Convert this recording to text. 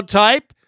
type